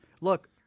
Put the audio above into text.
Look